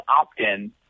opt-in